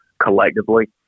collectively